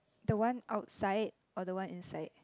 the one outside or the one inside